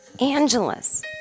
Angeles